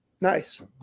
nice